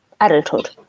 adulthood